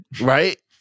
right